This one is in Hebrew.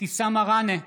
אבתיסאם מראענה,